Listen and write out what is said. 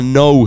no